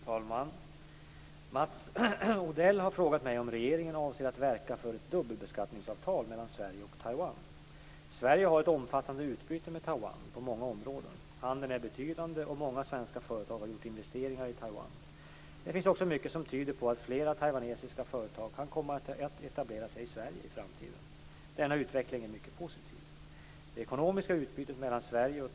Fru talman! Mats Odell har frågat mig om regeringen avser att verka för ett dubbelbeskattningsavtal mellan Sverige och Taiwan. Sverige har ett omfattande utbyte med Taiwan på många områden. Handeln är betydande, och många svenska företag har gjort investeringar i Taiwan. Det finns också mycket som tyder på att flera taiwanesiska företag kan komma att etablera sig i Sverige i framtiden. Denna utveckling är mycket positiv.